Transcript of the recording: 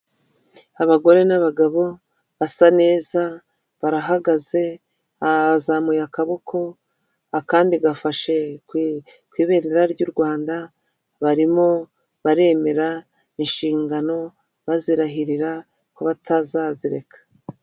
Abagore n'abagabo basa neza, barahagaze bazamuye akaboko, akandi gafashe ku ibendera ry'u Rwanda, barimo baremera inshingano bazirahirira ko batazazireka.